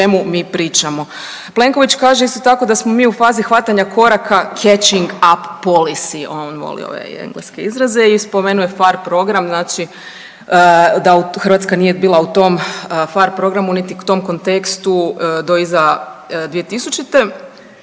Plenković kaže isto tako da smo mi u fazi hvatanja koraka catching up policy, on voli ove engleske izraze i spomenu je PHARE program znači da Hrvatska nije bila u PHARE programu niti tom kontekstu do iza 2000.